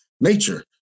nature